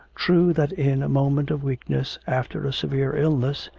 true that in a moment of weakness, after a severe illness,